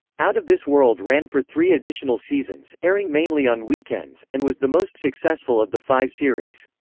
out of this world ran for three additional seasons, airing mainly on weekends, and was the most successful of the five series.